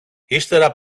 ύστερα